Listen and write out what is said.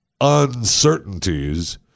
uncertainties